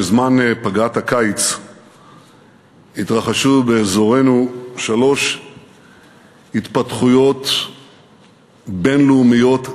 בזמן פגרת הקיץ התרחשו באזורנו שלוש התפתחויות בין-לאומיות דרמטיות,